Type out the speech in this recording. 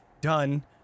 done